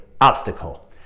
obstacle